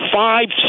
five